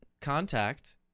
contact